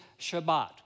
Shabbat